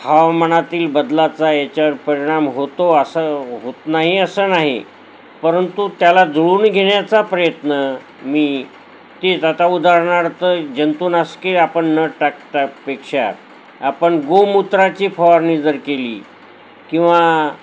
हवामानातील बदलाचा याच्यावर परिणाम होतो असं होत नाही असं नाही परंतु त्याला जुळून घेण्याचा प्रयत्न मी ते आता उदाहरणार्थ जंतूनाशके आपण न टाकतापेक्षा आपण गोमूत्राची फवारणी जर केली किंवा